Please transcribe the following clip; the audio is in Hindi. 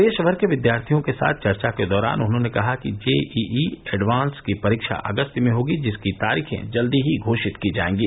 देशभर के विद्यार्थियों के साथ चर्चा के दौरान उन्होंने कहा कि जे ई ई एडवान्स की परीक्षा अगस्त में होगी जिसकी तारीखें जल्दी ही घोषित की जाएंगी